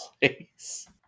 place